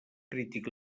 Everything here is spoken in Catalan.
crític